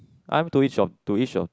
I'm to each of to each of